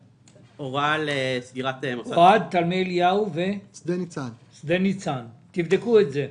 אוהד, תלמי אליהו ושדה ניצן תבדקו את זה.